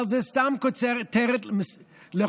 אבל זו סתם כותרת לחוק